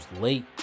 late